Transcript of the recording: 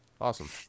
Awesome